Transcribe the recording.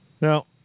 now